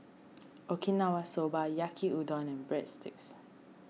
Okinawa Soba Yaki Udon and Breadsticks